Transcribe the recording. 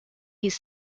his